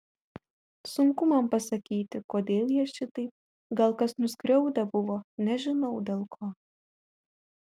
sunku man pasakyti kodėl jie šitaip gal kas nuskriaudę buvo nežinau dėl ko